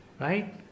right